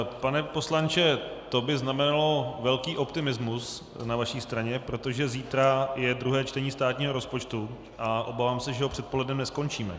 Pane poslanče, to by znamenalo velký optimismus na vaší straně, protože zítra je druhé čtení státního rozpočtu a obávám se, že ho před polednem neskončíme.